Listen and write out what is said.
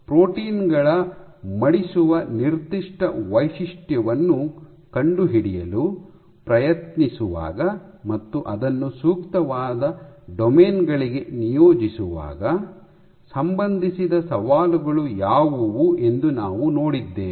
ಪ್ರೋಟೀನ್ಗಳ ಮಡಿಸುವ ನಿರ್ದಿಷ್ಟ ವೈಶಿಷ್ಟ್ಯವನ್ನು ಕಂಡುಹಿಡಿಯಲು ಪ್ರಯತ್ನಿಸುವಾಗ ಮತ್ತು ಅದನ್ನು ಸೂಕ್ತವಾದ ಡೊಮೇನ್ಗಳಿಗೆ ನಿಯೋಜಿಸುವಾಗ ಸಂಬಂಧಿಸಿದ ಸವಾಲುಗಳು ಯಾವುವು ಎಂದು ನಾವು ನೋಡಿದ್ದೇವೆ